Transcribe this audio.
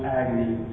agony